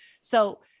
So-